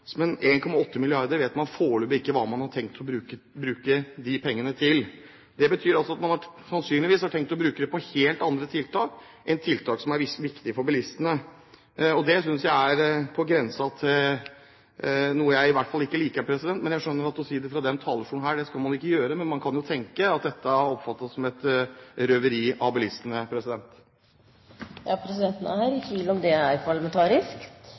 Men 1,8 mrd. kr vet man foreløpig ikke hva man har tenkt å bruke til. Det betyr også at man sannsynligvis har tenkt å bruke dem på helt andre tiltak enn tiltak som er viktige for bilistene. Det synes jeg er på grensen til noe jeg i hvert fall ikke liker, men jeg skjønner at å si det fra denne talerstolen skal man ikke gjøre, men man kan jo tenke at dette er å oppfatte som et røveri fra bilistene. Presidenten er i tvil om det er parlamentarisk